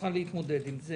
ושנוכל להתמודד עם זה